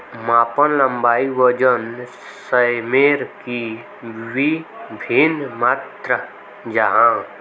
मापन लंबाई वजन सयमेर की वि भिन्न मात्र जाहा?